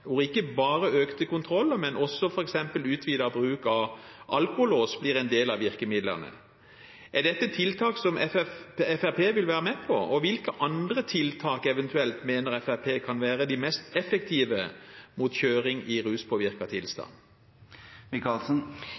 hvor ikke bare økte kontroller, men også f.eks. utvidet bruk av alkolås blir en del av virkemidlene. Er dette tiltak som Fremskrittspartiet vil være med på, og hvilke andre tiltak mener Fremskrittspartiet eventuelt kan være de mest effektive mot kjøring i ruspåvirket tilstand?